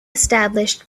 established